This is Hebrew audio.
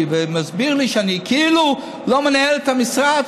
ומסביר לי שאני כאילו לא מנהל את המשרד,